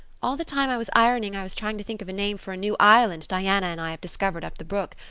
all the time i was ironing i was trying to think of a name for a new island diana and i have discovered up the brook.